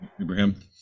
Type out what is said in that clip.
Abraham